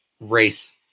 race